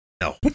No